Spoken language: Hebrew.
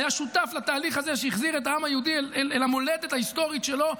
היה שותף לתהליך הזה שהחזיר את העם היהודי אל המולדת ההיסטורית שלו.